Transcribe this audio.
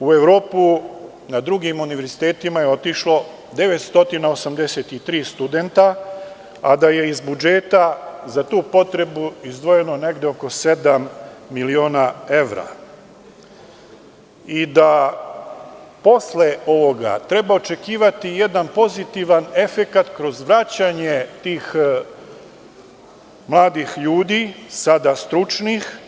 u Evropu na druge univerzitete su otišla 983 studenta, a da je iz budžeta za tu potrebu izdvojeno oko sedam miliona evra i da posle ovoga treba očekivati jedan pozitivan efekat kroz vraćanje tih mladih ljudi, sada stručnih.